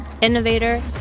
innovator